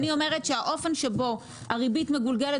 אני אומרת שהאופן שבו הריבית מגולגלת